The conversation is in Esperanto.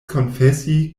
konfesi